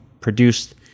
produced